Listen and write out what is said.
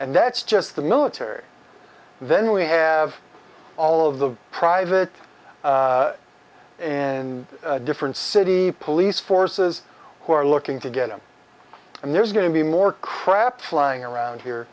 and that's just the military then we have all of the private and different city police forces who are looking to get him and there's going to be more crap flying around here